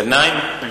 ע'נאים.